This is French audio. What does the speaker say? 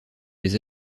des